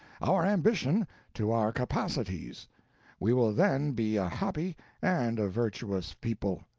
our ambition to our capacities we will then be a happy and a virtuous people.